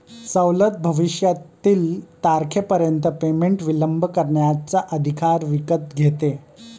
सवलत भविष्यातील तारखेपर्यंत पेमेंट विलंब करण्याचा अधिकार विकत घेते